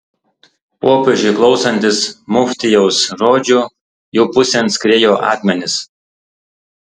popiežiui klausantis muftijaus žodžių jų pusėn skriejo akmenys